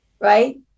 Right